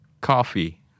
Coffee